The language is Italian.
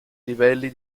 livelli